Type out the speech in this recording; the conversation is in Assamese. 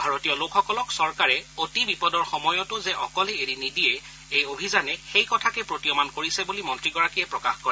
ভাৰতীয় লোকসকলক চৰকাৰে অতি বিপদৰ সময়তো যে অকলে এৰি নিদিয়ে এই অভিযানে সেই কথাকে প্ৰতীয়মান কৰিছে বুলি মন্ত্ৰীগৰাকীয়ে প্ৰকাশ কৰে